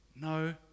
no